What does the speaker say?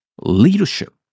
leadership